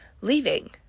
leaving